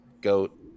Goat